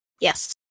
Yes